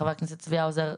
חה"כ צבי האוזר,